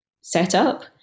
setup